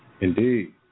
Indeed